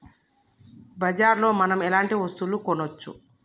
బజార్ లో మనం ఎలాంటి వస్తువులు కొనచ్చు?